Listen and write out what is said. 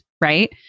right